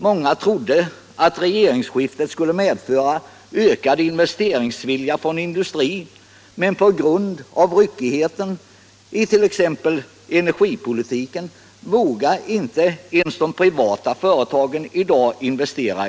Många trodde att regeringsskiftet skulle medföra en ökad investeringsvilja från industrin, men på grund av bl.a. ryckigheten i t.ex. energipolitiken vågar de privata företagen i dag inte investera.